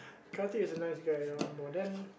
Karthik is a nice guy ah one more then